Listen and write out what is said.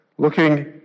looking